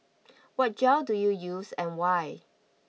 what gel do you use and why